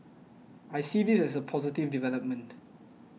I see this as a positive development